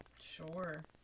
Sure